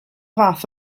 fath